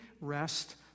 rest